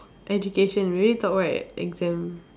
education we already talk right exam